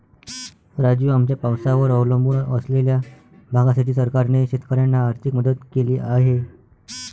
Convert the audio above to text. राजू, आमच्या पावसावर अवलंबून असलेल्या भागासाठी सरकारने शेतकऱ्यांना आर्थिक मदत केली आहे